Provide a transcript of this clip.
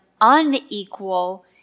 unequal